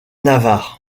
navarre